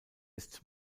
ist